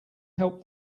help